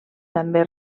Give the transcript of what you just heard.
també